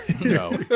No